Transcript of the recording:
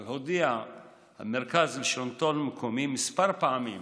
אבל המרכז לשלטון מקומי הודיע כמה פעמים